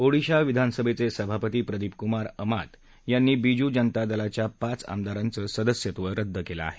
ओडिशा विधानसभेचे सभापती प्रदीप कुमार अमात यांनी बिजु जनता दलाच्या पाच आमदारांचे सदस्यत्व रद्द केले आहे